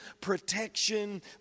protection